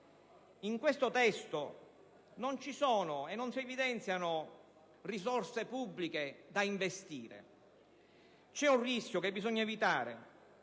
In questo testo, non si evidenziano risorse pubbliche da investire. C'è un rischio che bisogna evitare,